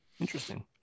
Interesting